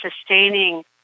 sustaining